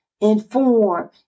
inform